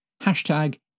Hashtag